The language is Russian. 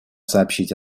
сообщить